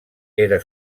era